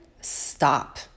stop